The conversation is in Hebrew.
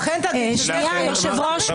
היושב-ראש,